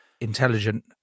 intelligent